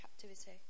captivity